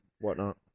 whatnot